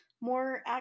more